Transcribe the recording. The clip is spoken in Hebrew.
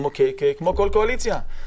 כמו בכל קואליציה.